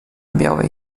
białej